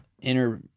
inner